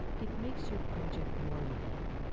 it makes your project more unique,